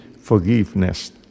forgiveness